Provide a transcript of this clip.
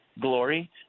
glory